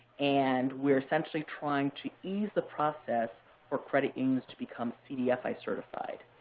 and we're essentially trying to ease the process for credit unions to become cdfi certified.